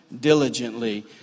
diligently